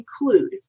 include